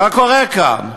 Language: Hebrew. מה קורה כאן?